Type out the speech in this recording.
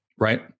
Right